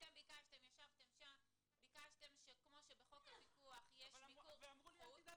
אתם ביקשתם שכמו שבחוק הפיקוח יש מיקור חוץ --- ואמרו לי: "אל תדאג,